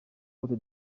côte